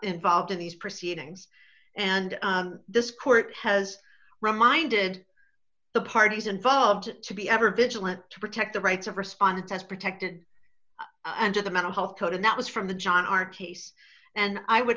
involved in these proceedings and this court has reminded the parties involved to be ever vigilant to protect the rights of respondent as protected under the mental health code and that was from the john r piece and i would